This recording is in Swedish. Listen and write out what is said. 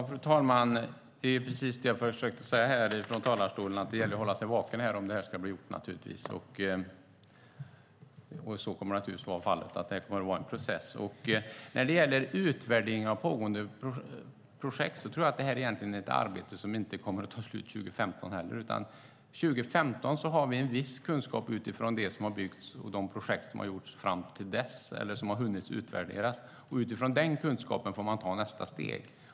Fru talman! Det är precis det jag försökte säga från talarstolen, att det gäller att hålla sig vaken om det här ska bli gjort. Det kommer naturligtvis att vara en process. När det gäller utvärdering av pågående projekt tror jag egentligen att det här är ett arbete som inte kommer att ta slut 2015. År 2015 har vi en viss kunskap utifrån det som har byggts och de projekt som har hunnit utvärderas fram till dess. Utifrån den kunskapen får man ta nästa steg.